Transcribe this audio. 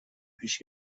پیش